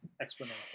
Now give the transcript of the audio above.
explanation